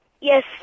Yes